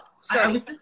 Sorry